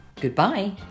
Goodbye